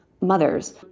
mothers